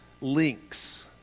links